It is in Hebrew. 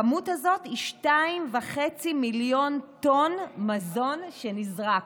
הכמות הזאת היא 2.5 מיליון טון מזון שנזרק,